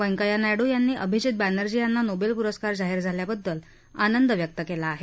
वक्रिया नायडू यांनी अभिजीत बॅनर्जी यांना नोबेल पुरस्कार जाहीर झाल्याबद्दल आनंद व्यक्त केला आहे